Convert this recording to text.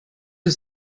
ist